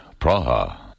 Praha